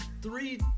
three